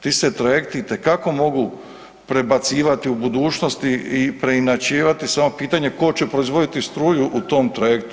Ti se trajekti itekako mogu prebacivati u budućnosti i preinačivati samo pitanje tko će proizvoditi struju u tom trajektu.